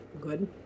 good